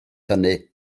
hynny